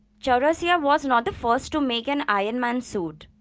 chaurasia was not the first to make an iron man suit.